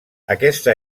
aquesta